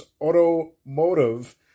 automotive